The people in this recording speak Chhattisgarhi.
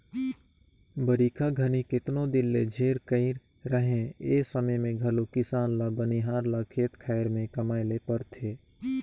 बरिखा घनी केतनो दिन ले झेर कइर रहें ए समे मे घलो किसान ल बनिहार ल खेत खाएर मे कमाए ले परथे